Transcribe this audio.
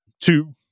two